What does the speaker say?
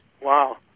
Wow